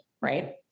right